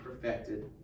perfected